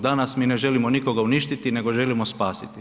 Danas mi ne želimo nikoga uništiti nego želimo spasiti.